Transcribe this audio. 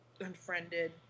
unfriended